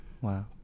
Wow